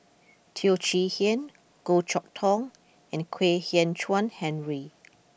Teo Chee Hean Goh Chok Tong and Kwek Hian Chuan Henry